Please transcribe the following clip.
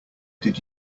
did